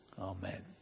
Amen